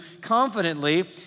confidently